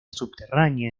subterránea